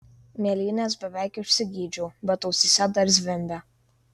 mėlynes beveik išsigydžiau bet ausyse dar zvimbė